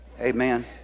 Amen